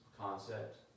concept